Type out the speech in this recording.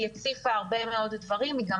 היא הציפה הרבה מאוד דברים,